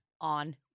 on